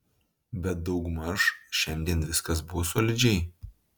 bet daugmaž šiandien viskas buvo solidžiai